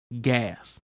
gas